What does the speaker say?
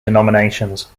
denominations